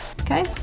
okay